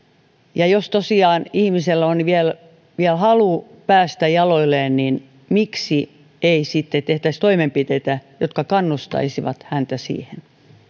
jos tosiaan ihmisellä on vielä vielä halu päästä jaloilleen niin miksi ei sitten tehtäisi toimenpiteitä jotka kannustaisivat häntä siihen